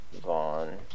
Vaughn